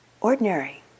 Ordinary